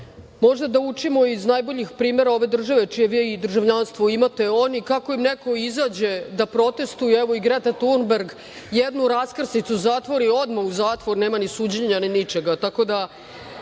možda da učimo iz najboljih primera ove države čije i vi državljanstvo imate. Oni kako im neko izađe da protestvuje, evo i Greta Tunberg, jednu raskrsnicu zatvori, odmah u zatvor, nema ni suđenja, ni ničega.